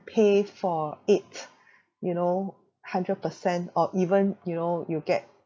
pay for it you know hundred percent or even you know you get